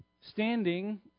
standing